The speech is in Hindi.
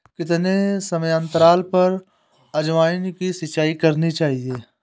कितने समयांतराल पर अजवायन की सिंचाई करनी चाहिए?